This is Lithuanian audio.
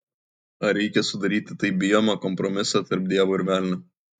ar reikia sudaryti taip bijomą kompromisą tarp dievo ir velnio